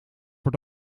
voor